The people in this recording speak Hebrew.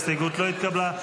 ההסתייגות לא התקבלה.